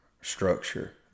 structure